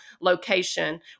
location